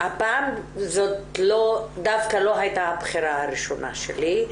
שהפעם זו דווקא לא הייתה הבחירה הראשונה שלי.